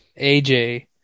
AJ